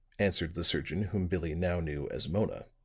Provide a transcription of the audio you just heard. answered the surgeon whom billie now knew as mona.